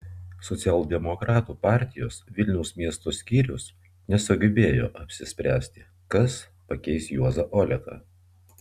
socialdemokratų partijos vilniaus miesto skyrius nesugebėjo apsispręsti kas pakeis juozą oleką